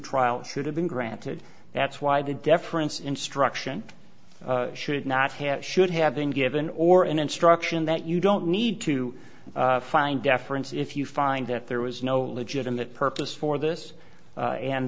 trial should have been granted that's why the deference instruction should not have should have been given or an instruction that you don't need to find deference if you find that there was no legitimate purpose for this and